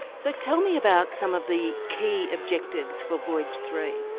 so tell me about some of the key objectives for voyage three.